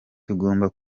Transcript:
tugomba